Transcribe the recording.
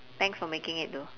thanks for making it though